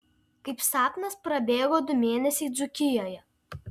kaip sapnas prabėgo du mėnesiai dzūkijoje